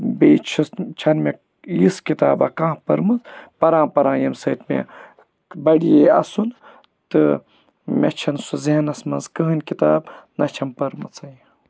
بیٚیہِ چھُس چھَ نہٕ مےٚ یِژھ کِتابہ کانٛہہ پٔرمٕژ پَران پَران ییٚمہِ سۭتۍ مےٚ بَڑ یی اَسُن تہٕ مےٚ چھَن سُہ ذہنَس منٛز کٕہٕنۍ کِتاب نہ چھم پٔرمٕژے